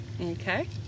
Okay